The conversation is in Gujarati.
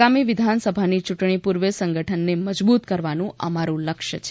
આગામી વિધાનસભાની ચૂંટણી પૂર્વે સંગઠનને મજબૂત કરવાનું અમારું લક્ય છે